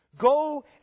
Go